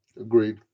agreed